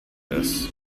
this